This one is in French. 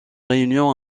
réunion